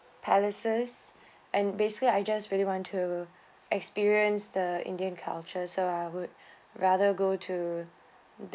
palaces and basically I just really want to experience the indian culture so I would rather go to